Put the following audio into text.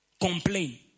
complain